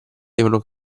devono